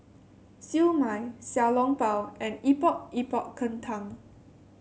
Siew Mai Xiao Long Bao and Epok Epok Kentang